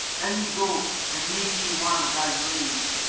let me go and make me one of thy slaves!